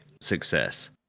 success